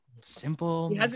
Simple